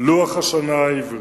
לוח השנה העברי.